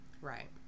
right